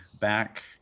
back